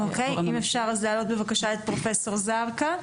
אוקיי, אם אפשר אז להעלות בבקשה את פרופ' זרקא.